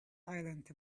silence